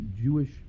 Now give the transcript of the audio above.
Jewish